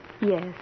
Yes